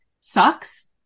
sucks